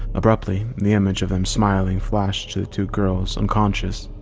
abruptly the image of them smiling flashed to the two girls unconscious,